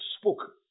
spoke